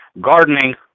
gardening